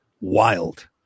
wild